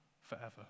forever